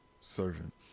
servant